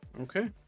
Okay